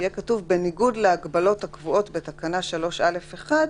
יהיה כתוב: "בניגוד להגבלות הקבועות בתקנה 3(א)(1),